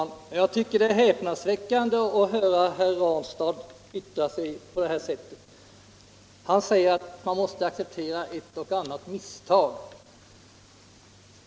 Herr talman! Jag tycker det är häpnadsväckande att höra herr Raneskog yttra sig på det här sättet. Han säger att man måste acceptera ett och annat misstag.